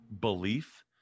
belief